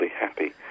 happy